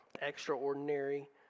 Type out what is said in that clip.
extraordinary